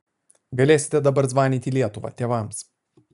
galėsite dabar zvanyti į lietuvą tėvams